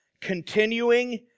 continuing